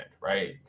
right